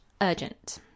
urgent